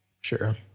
Sure